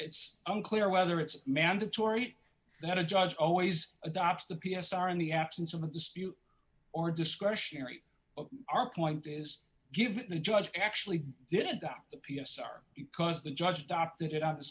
it's unclear whether it's mandatory that a judge always adopts the p s r in the absence of a dispute or discretionary of our point is given the judge actually did that the p s r because the judge adopted it out the